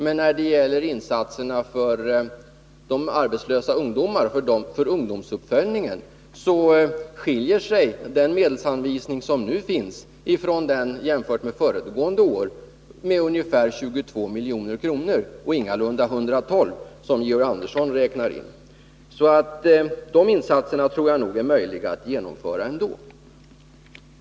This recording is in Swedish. Men när det gäller insatserna för arbetslösa ungdomar, för ungdomsuppföljningen, är skillnaden ungefär 22 milj.kr. mellan den medelsanvisning som nu föreslås och den som utgick under föregående år och ingalunda 112 miljoner som Georg Andersson sade. De insatserna tror jag således är möjliga att göra ändå.